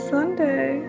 Sunday